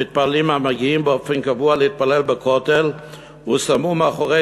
המתפללים המגיעים באופן קבוע להתפלל בכותל הושמו מאחורי